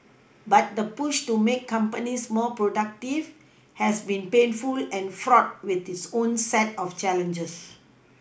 but the push to make companies more productive has been painful and fraught with its own set of challenges